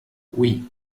oui